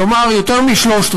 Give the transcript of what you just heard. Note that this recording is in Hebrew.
כלומר, יותר משלושה-רבעים,